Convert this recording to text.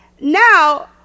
now